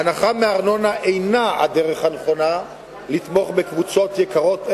הנחה מארנונה אינה הדרך הנכונה לתמוך בקבוצות יקרות אלה,